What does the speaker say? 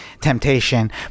temptation